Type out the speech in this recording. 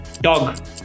dog